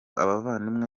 abavandimwe